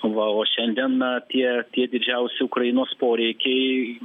va o šiandien na tie tie didžiausi ukrainos poreikiai